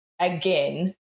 again